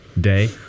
day